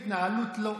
נגד התנהלות לא מקצועית,